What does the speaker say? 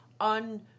on